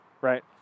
Right